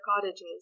cottages